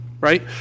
right